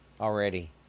already